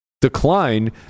decline